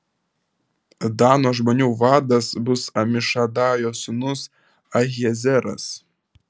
dano žmonių vadas bus amišadajo sūnus ahiezeras